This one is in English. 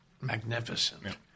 magnificent